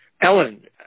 Ellen